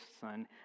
son